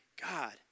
God